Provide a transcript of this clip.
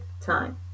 time